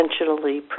intentionally